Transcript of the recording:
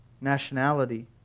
nationality